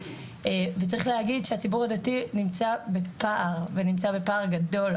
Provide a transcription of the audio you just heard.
וצריך להגיד שהציבור הדתי נמצא בפער ונמצא בפער גדול,